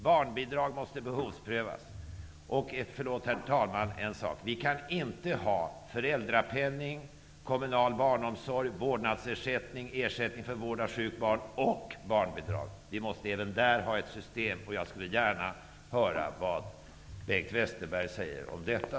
Barnbidragen måste behovsprövas. Och vi kan inte ha föräldrapenning, kommunal barnomsorg, vårdnadsersättning, ersättning för vård av sjukt barn och barnbidrag. Vi måste även där ha ett enda system, och jag vill gärna höra vad Bengt Westerberg säger om detta.